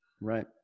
right